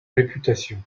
réputation